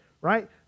right